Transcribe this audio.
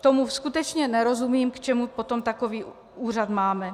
Tomu skutečně nerozumím, k čemu potom takový úřad máme.